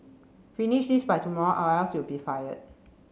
finish this by tomorrow or else you'll be fired